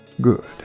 Good